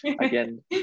Again